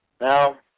Now